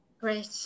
Great